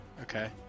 Okay